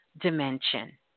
dimension